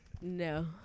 No